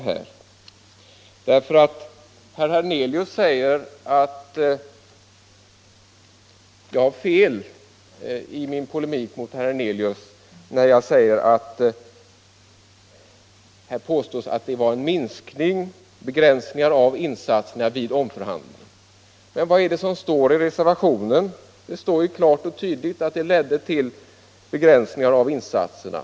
Herr Hernelius anser att jag har fel när jag säger att här påstås att det vid omfördelningen skedde begränsningar av insatserna. Men vad är det som står i reservationen? Där står klart och tydligt att omförhandlingen ledde till begränsningar av insatserna.